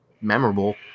memorable